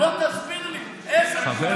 חבר